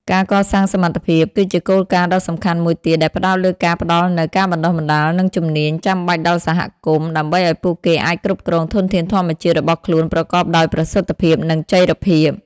ការកសាងសមត្ថភាព គឺជាគោលការណ៍ដ៏សំខាន់មួយទៀតដែលផ្ដោតលើការផ្ដល់នូវ ការបណ្ដុះបណ្ដាល និងជំនាញ ចាំបាច់ដល់សហគមន៍ ដើម្បីឱ្យពួកគេអាចគ្រប់គ្រងធនធានធម្មជាតិរបស់ខ្លួនប្រកបដោយប្រសិទ្ធភាព និងចីរភាព។